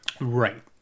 Right